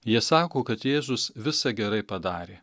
jie sako kad jėzus visai gerai padarė